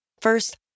First